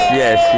yes